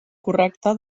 correcta